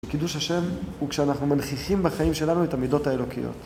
קידוש השם הוא כשאנחנו מנכיחים בחיים שלנו את המידות האלוקיות.